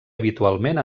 habitualment